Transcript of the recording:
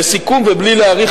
לסיכום ובלי להאריך,